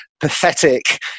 Pathetic